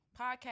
podcast